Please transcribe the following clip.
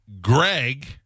Greg